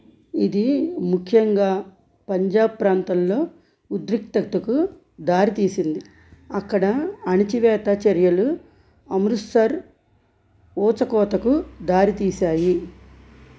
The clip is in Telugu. ఇది ముఖ్యంగా పంజాబ్ ప్రాంతంలో ఉద్రిక్తతకు దారితీసింది అక్కడ అణచివేత చర్యలు అమృత్సర్ ఊచకోతకు దారితీసాయి